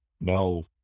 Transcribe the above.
no